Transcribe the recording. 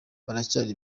baracyari